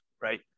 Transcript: right